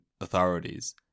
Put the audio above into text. authorities